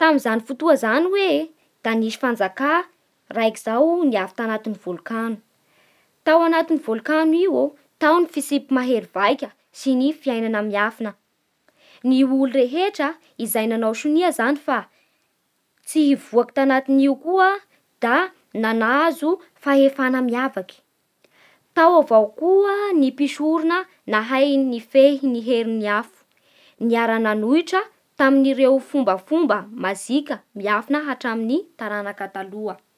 Tamin'izany fotoa zany hoe da nisy fanjaka raiky zao niavy tanaty volkano Tao anaty volkano io tao ny fitsipy mahery vaika sy ny fiainana miafina Ny olo rehetra izay anao sonia fa tsy hivoaky tanatin'io koa nahazo fahefana miavaky Tao avao koa ny mpisorona mahay mifehy ny herin'ny afo niara nanonhitra tamin'ireo fombafomba mazika miafina hatramin'ny taranaka taloha